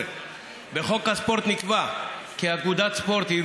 התשע"ח 2018. בחוק הספורט נקבע כי אגודת ספורט,